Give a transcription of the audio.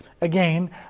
Again